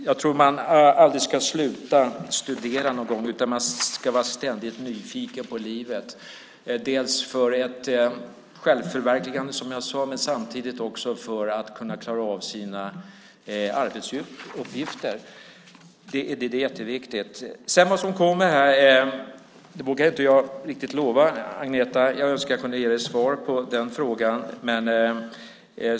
Jag tror att man aldrig ska sluta att studera, utan man ska vara ständigt nyfiken på livet, dels för självförverkligande, som jag sade, dels för att kunna klara av sina arbetsuppgifter. Det är jätteviktigt. Vad som kommer här vågar inte jag riktigt lova, Agneta. Jag önskar att jag kunde ge dig ett svar på den frågan.